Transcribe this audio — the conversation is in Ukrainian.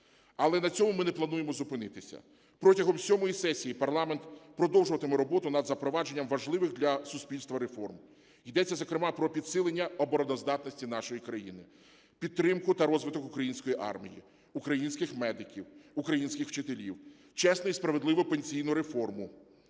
Але на цьому ми не плануємо зупинитися. Протягом сьомої сесії парламент продовжуватиме роботу над запровадженням важливих для суспільства реформ. Йдеться, зокрема, про підсилення обороноздатності нашої країни, підтримку та розвиток української армії, українських медиків, українських вчителів, чесну і справедливу пенсійну реформу,